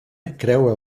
creua